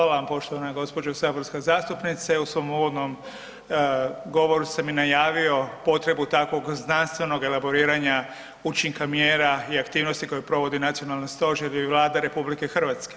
Hvala vam poštovana gospođo saborska zastupnice, u svom uvodnom govoru sam i najavio potrebu takvog znanstvenog elaboriranja učinka mjera i aktivnosti koje provodi nacionalni stožer i Vlada RH.